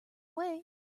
way